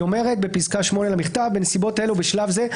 היא אומרת בפסקה 8 למכתב: בנסיבות אלו בשלב זה,